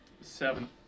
Seven